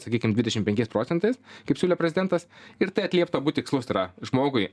sakykim dvidešim penkiais procentais kaip siūlė prezidentas ir tai atlieptų abu tikslus tai yra žmogui